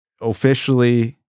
officially